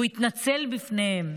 והוא התנצל בפניהם